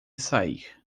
sair